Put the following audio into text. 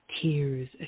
tears